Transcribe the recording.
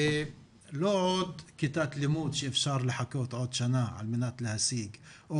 זאת לא עוד כיתת לימוד שאפשר לחכות עוד שנה על מנת להשיג או